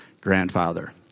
grandfather